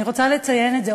אבל אני רוצה לציין את זה.